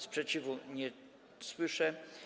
Sprzeciwu nie słyszę.